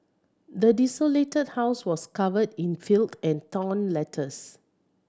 the desolated house was covered in filth and torn letters